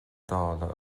dála